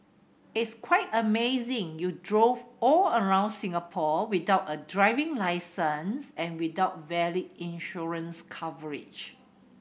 it's quite amazing you drove all around Singapore without a driving licence and without valid insurance coverage